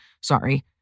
sorry